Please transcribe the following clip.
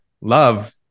love